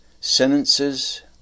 sentences